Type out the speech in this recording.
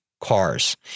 cars